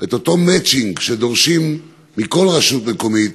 את אותו מצ'ינג שדורשים מכל רשות מקומית,